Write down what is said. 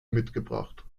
mitgebracht